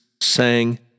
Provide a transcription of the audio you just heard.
sang